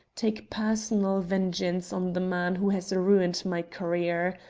take personal vengeance on the man who has ruined my career.